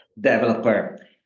developer